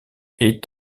est